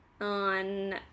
on